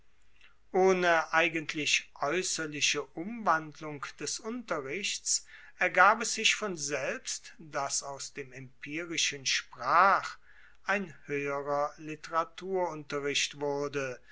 ohne eigentlich aeusserliche umwandlung des unterrichts ergab es sich von selbst dass aus dem empirischen sprach ein hoeherer literaturunterricht wurde